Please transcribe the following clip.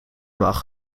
mag